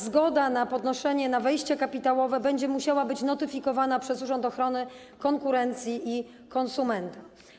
Zgoda na podnoszenie, na wejście kapitałowe będzie musiała być notyfikowana przez Urząd Ochrony Konkurencji i Konsumentów.